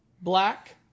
black